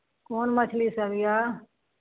कोन मछलीसभ यए